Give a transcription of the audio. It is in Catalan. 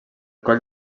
coll